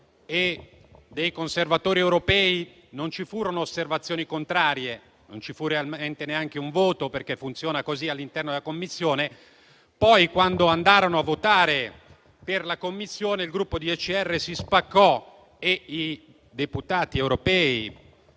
e dei Conservatori Europei non ci furono osservazioni contrarie; non ci fu realmente neanche un voto, perché funziona così all'interno della Commissione. Poi, quando andarono a votare per la Commissione, il Gruppo ECR si spaccò e i deputati europei